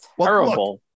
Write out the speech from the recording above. terrible